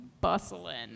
bustling